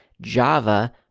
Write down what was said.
Java